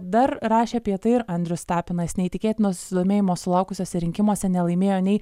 dar rašė apie tai ir andrius tapinas neįtikėtino susidomėjimo sulaukusiose rinkimuose nelaimėjo nei